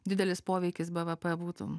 didelis poveikis bvp būtų